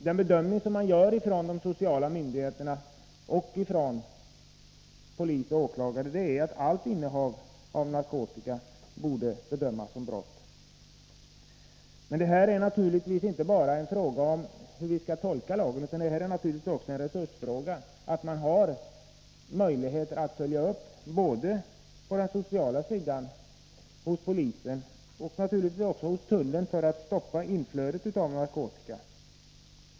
Den bedömning som man gör från de sociala myndigheternas sida och från polisoch åklagarhåll är att allt innehav av narkotika borde bedömas som brott. Men detta är naturligtvis inte bara en fråga om hur vi skall tolka lagen utan också en resursfråga — en fråga om man har möjlighet att både på den sociala sidan och hos polisen följa upp olika åtgärder liksom naturligtvis också hos tullen för att stoppa inflödet av narkotika.